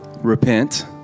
repent